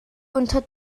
unter